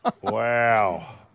Wow